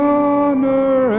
honor